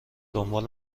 دنبال